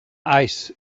ice